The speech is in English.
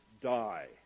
die